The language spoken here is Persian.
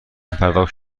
پرداخت